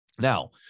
Now